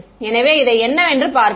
எனவே இதை என்னவென்று பார்ப்போம்